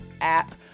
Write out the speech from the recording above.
app